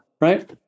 right